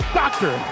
doctor